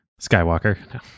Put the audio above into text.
Skywalker